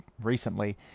recently